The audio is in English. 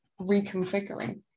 reconfiguring